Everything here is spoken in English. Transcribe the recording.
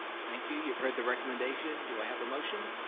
thank you, you've heard the recommendation. do i have a motion?